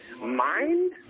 mind